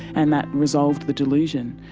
and that resolved the delusion,